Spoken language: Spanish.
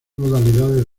modalidades